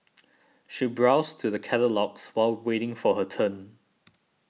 she browsed through the catalogues while waiting for her turn